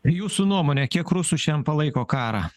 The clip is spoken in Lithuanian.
jūsų nuomone kiek rusų šian palaiko karą